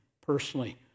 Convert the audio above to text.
personally